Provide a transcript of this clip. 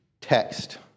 text